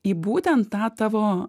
į būtent tą tavo